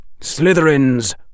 Slytherin's